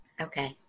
Okay